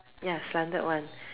ya slanted one